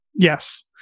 Yes